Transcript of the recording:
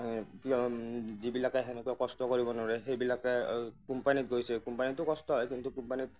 এই পিয়ন যিবিলাকে সেনেকে কষ্ট কৰিব নোৱাৰে সেইবিলাকে কোম্পানীত গৈছে কোম্পানীতো কষ্ট হয় কিন্তু কোম্পানীত